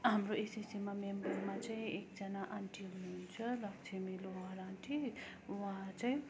हाम्रो एसिसीमा मेम्बरमा चाहिँ एकजना आन्टी हुनुहुन्छ लक्ष्मी लोहार आन्टी उहाँ चाहिँ